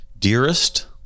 Dearest